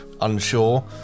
unsure